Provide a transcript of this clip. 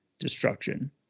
destruction